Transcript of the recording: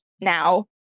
now